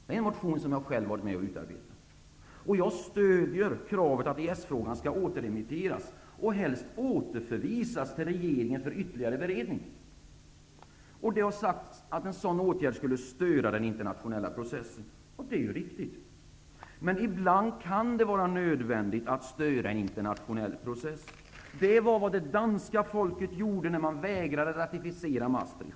Det är en motion som jag själv varit med om att utarbeta. Jag stöder kravet att EES-frågan skall återremitteras och helst återförvisas till regeringen för ytterligare beredning. Det har sagts att en sådan åtgärd skulle störa den internationella processen. Det är riktigt, men ibland kan det vara nödvändigt att störa en internationell process. Det var vad det danska folket gjorde när man vägrade att ratificera Maastrichtavtalet.